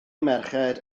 merched